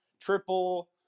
triple